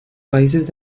países